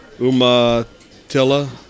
Umatilla